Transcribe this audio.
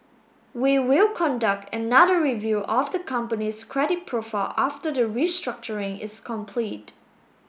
we will conduct another review of the company's credit profile after the restructuring is complete